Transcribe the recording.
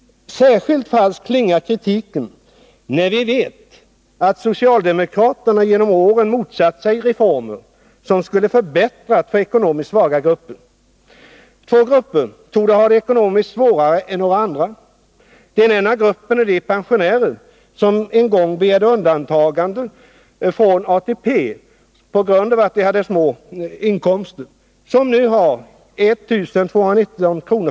Särskilt falskt klingar kritiken när vi vet att socialdemokraterna genom åren motsatt sig reformer som skulle ha förbättrat för ekonomiskt svaga grupper. Två grupper torde ha det ekonomiskt svårare än några andra. Den ena gruppen är pensionärer som en gång begärde undantaganden från ATP på grund av att de hade små inkomster och som nu har 1 219 kr.